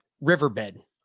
riverbed